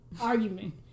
argument